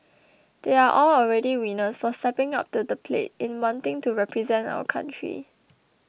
they are all already winners for stepping up to the plate in wanting to represent our country